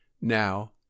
Now